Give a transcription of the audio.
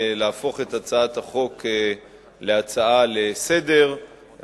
להפוך את הצעת החוק להצעה לסדר-היום.